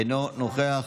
אינו נוכח.